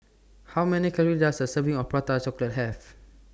How Many Calories Does A Serving of Prata Chocolate Have